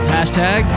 Hashtag